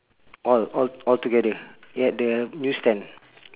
all all altogether at the newsstand